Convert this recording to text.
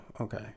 okay